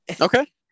Okay